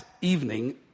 evening